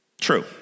True